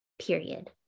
Period